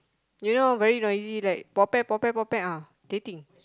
you know very noisy like potpet potpet potpet ah irritating